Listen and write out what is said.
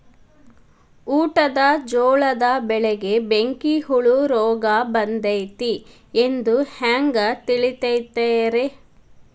ಊಟದ ಜೋಳದ ಬೆಳೆಗೆ ಬೆಂಕಿ ಹುಳ ರೋಗ ಬಂದೈತಿ ಎಂದು ಹ್ಯಾಂಗ ತಿಳಿತೈತರೇ?